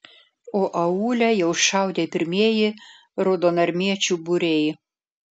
o aūle jau šaudė pirmieji raudonarmiečių būriai